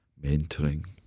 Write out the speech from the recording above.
mentoring